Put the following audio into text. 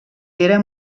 era